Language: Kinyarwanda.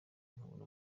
nkabona